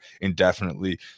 indefinitely